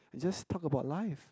just talk about life